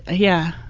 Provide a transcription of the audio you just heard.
ah yeah.